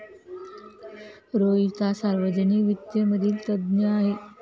रोहित हा सार्वजनिक वित्त मधील तज्ञ आहे